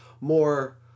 more